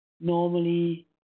normally